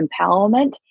empowerment